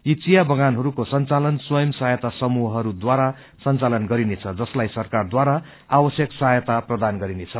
यी चिया बगानहरूको संचालन सवयम सहायाता समूहहरू द्वारा संचालन गरिनेछ जसलाइसरकार द्वारा आवश्यक सहायता प्रदान गरिनेछ